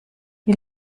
wie